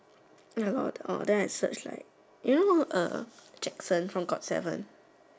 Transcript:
ya lor the orh then I search like you know uh jackson from Got seven